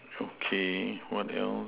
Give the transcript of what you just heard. okay what else